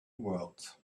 words